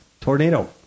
Tornado